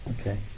Okay